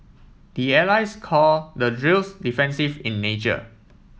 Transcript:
the allies call the drills defensive in nature